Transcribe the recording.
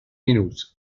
minuts